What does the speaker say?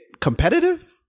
competitive